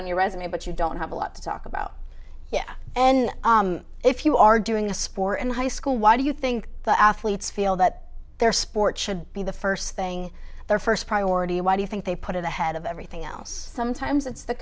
on your resume but you don't have a lot to talk about and if you are doing a spore in high school why do you think athletes feel that their sport should be the first thing their first priority why do you think they put it ahead of everything else sometimes it's the